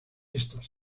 estas